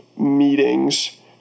meetings